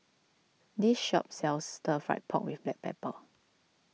this shop sells Stir Fried Pork with Black Pepper